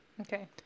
Okay